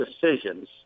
decisions